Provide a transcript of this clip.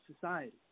Society